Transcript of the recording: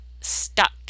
stuck